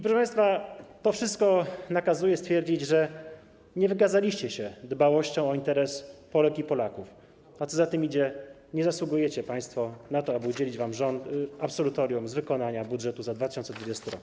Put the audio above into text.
Proszę państwa, to wszystko nakazuje stwierdzić, że nie wykazaliście się dbałością o interes Polek i Polaków, a co za tym idzie, nie zasługujecie państwo na to, aby udzielić wam absolutorium z wykonania budżetu za 2020 r.